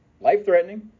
life-threatening